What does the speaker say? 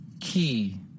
Key